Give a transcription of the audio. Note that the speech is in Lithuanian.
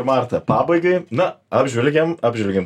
marta pabaigai na apžvelgėm apžvelgėm